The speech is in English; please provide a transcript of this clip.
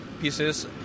pieces